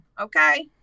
okay